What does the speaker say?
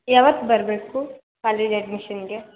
ಯಾವತ್ತು ಬರಬೇಕು ಕಾಲೇಜ್ ಅಡ್ಮಿಷನ್ಗೆ